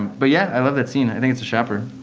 but yeah, i love that scene. i think it's a shopper.